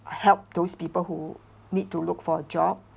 help those people who need to look for a job